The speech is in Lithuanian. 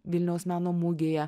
vilniaus meno mugėje